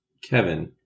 Kevin